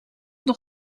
nog